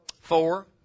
Four